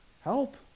help